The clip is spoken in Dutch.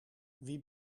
wie